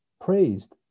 praised